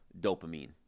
dopamine